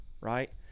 right